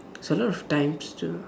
it's a lot of times to